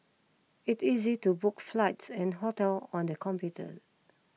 it easy to book flights and hotel on the computer